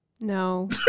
No